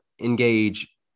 engage